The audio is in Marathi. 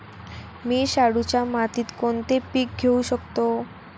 मी शाडूच्या मातीत कोणते पीक घेवू शकतो?